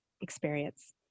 experience